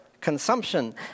consumption